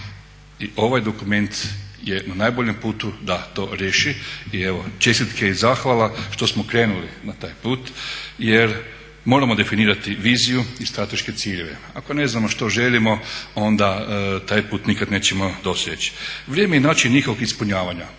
I ovaj dokument je na najboljem putu da to riješi i evo čestitke i zahvala što smo krenuli na taj put, jer moramo definirati viziju i strateške ciljeve. Ako ne znamo što želimo onda taj put nikad nećemo doseći. Vrijeme i način njihovog ispunjavanja.